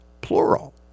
plural